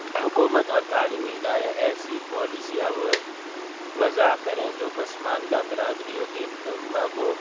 حکومت اور تعلیمی ادارے ایسی پالیساں وضع کریں جو پسماندہ برادریوں کے طلبہ کو